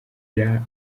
rya